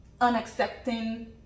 unaccepting